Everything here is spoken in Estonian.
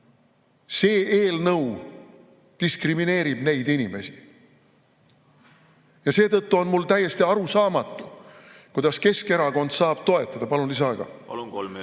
See eelnõu diskrimineerib neid inimesi. Seetõttu on mulle täiesti arusaamatu, kuidas Keskerakond saab ... Palun lisaaega. Palun, kolm